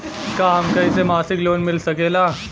का हमके ऐसे मासिक लोन मिल सकेला?